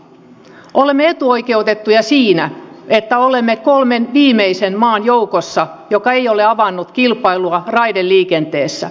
olemme etuoikeutettuja siinä että olemme kolmen viimeisen maan joukossa jotka eivät ole avanneet kilpailua raideliikenteessä